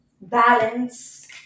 Balance